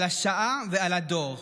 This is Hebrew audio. על השעה ועל הדור.